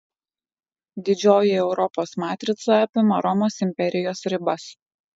didžioji europos matrica apima romos imperijos ribas